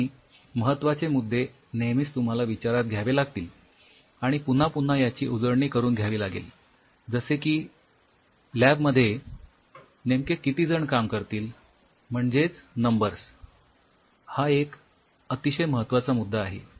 आणि महत्वाचे मुद्दे नेहमीच तुम्हाला विचारात घ्यावे लागतील आणि पुन्हा पुन्हा त्याची उजळणी करून घावी लागेल जसे की लॅब मध्ये नेमके किती जण काम करतील म्हणजेच नंबर हा एक अतिशय महत्वाचा मुद्दा आहे